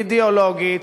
אידיאולוגית,